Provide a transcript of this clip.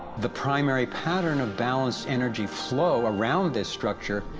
the primary pattern of balanced energy flow around this structure,